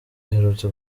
iherutse